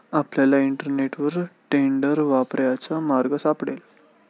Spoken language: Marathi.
आपल्याला इंटरनेटवर टेंडर वापरण्याचा मार्ग सापडेल